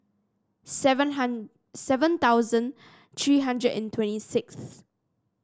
seven hundred seven thousand three hundred and twenty sixth